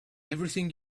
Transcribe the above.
everything